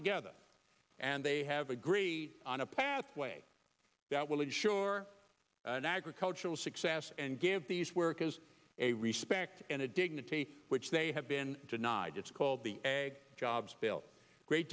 together and they have agreed on a pathway that will ensure an agricultural success and give these work is a respect and a dignity which they have been denied it's called the jobs bill a great